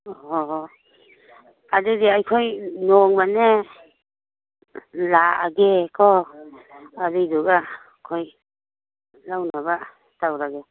ꯑꯣ ꯑꯣ ꯑꯗꯨꯗꯤ ꯑꯩꯈꯣꯏ ꯅꯣꯡꯃꯅꯦ ꯂꯥꯛꯑꯒꯦꯀꯣ ꯑꯗꯨꯏꯗꯨꯒ ꯑꯩꯈꯣꯏ ꯂꯧꯅꯕ ꯇꯧꯔꯒꯦ